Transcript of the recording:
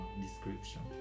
description